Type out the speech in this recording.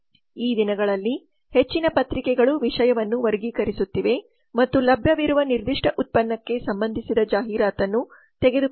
ಈ ದಿನಗಳಲ್ಲಿ ಹೆಚ್ಚಿನ ಪತ್ರಿಕೆಗಳು ವಿಷಯವನ್ನು ವರ್ಗೀಕರಿಸುತ್ತಿವೆ ಮತ್ತು ಲಭ್ಯವಿರುವ ನಿರ್ದಿಷ್ಟ ಉತ್ಪನ್ನಕ್ಕೆ ಸಂಬಂಧಿಸಿದ ಜಾಹೀರಾತನ್ನು ತೆಗೆದುಕೊಳ್ಳುತ್ತಿವೆ